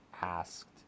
asked